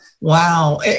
Wow